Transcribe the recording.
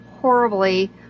horribly